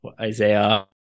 Isaiah